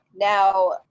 Now